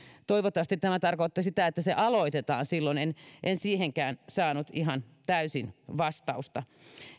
toivottavasti tämä tarkoittaa että se aloitetaan silloin en siihenkään saanut ihan täysin vastausta